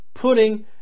putting